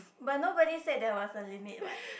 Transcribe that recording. but nobody said that was a limit what